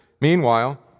meanwhile